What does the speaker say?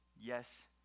yes